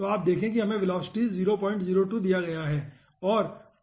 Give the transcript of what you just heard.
तो आप देखें यहां हमें वेलोसिटी 002 दिया गया है